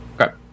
Okay